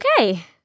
Okay